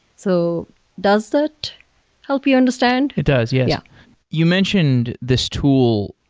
so does that help you understand? it does, yes. yeah you mentioned this tool,